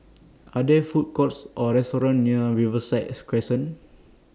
Are There Food Courts Or restaurants near Riverside as Crescent